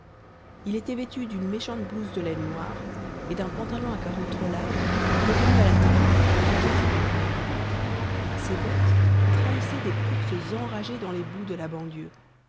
il était vêtu d'une méchante blouse de laine noire et d'un pantalon à carreaux trop large retenti à la taille par une ceinture de cuir ses bottes trahissaient des courses enragées dans les boues de la banlieue